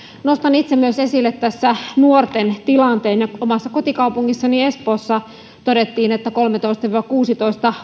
nostan myös itse esille tässä nuorten tilanteen omassa kotikaupungissani espoossa todettiin että kolmetoista viiva kuusitoista